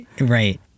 Right